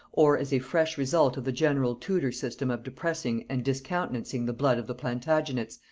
or as a fresh result of the general tudor system of depressing and discountenancing the blood of the plantagenets,